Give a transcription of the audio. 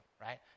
right